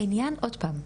העניין הוא, עוד פעם.